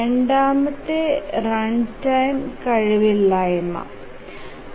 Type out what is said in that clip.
രണ്ടാമത്തേത് റൺടൈം കഴിവില്ലായ്മയാണ്